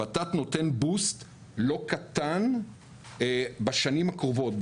ות"ת נותן בוסט לא קטן בשנים הקרובות,